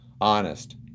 honest